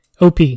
OP